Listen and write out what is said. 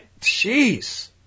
jeez